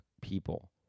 people